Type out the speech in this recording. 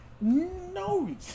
no